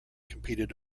competed